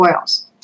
oils